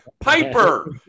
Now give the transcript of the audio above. Piper